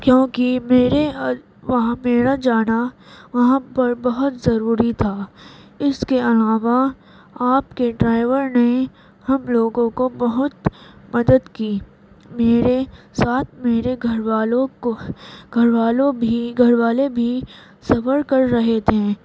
کیوں کہ میرے اور میرا وہاں پر جانا وہاں پر بہت ضروری تھا اس کے علاوہ آپ کے ڈرائیور نے ہم لوگوں کو بہت مدد کی میرے ساتھ میں میرے گھر والوں کو گھر والوں بھی گھر والے بھی صبر کر رہے تھے